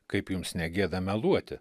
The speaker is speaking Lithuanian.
kaip jums negėda meluoti